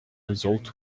result